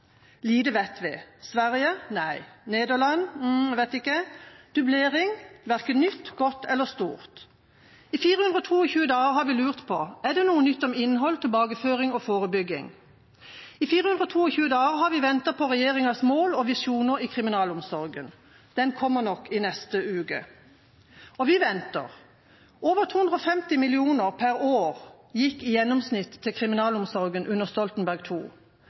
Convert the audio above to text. Lite vet vi: Sverige – nei, Nederland – vet ikke, dublering – verken nytt, godt eller stort. I 422 dager har vi lurt på om det er noe nytt om innhold, tilbakeføring og forebygging. I 422 dager har vi ventet på regjeringens mål og visjoner i kriminalomsorgen. Det kommer nok i neste uke. Vi venter. Over 250 mill. kr per år gikk i gjennomsnitt til kriminalomsorgen under Stoltenberg